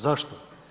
Zašto?